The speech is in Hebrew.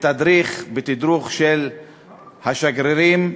בתדרוך של השגרירים,